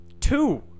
Two